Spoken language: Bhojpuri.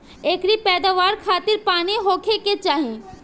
एकरी पैदवार खातिर पानी होखे के चाही